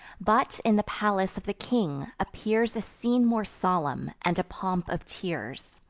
but, in the palace of the king, appears a scene more solemn, and a pomp of tears.